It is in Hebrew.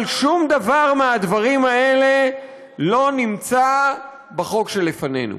אבל שום דבר מהדברים האלה לא נמצא בחוק שלפנינו.